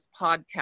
podcast